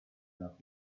not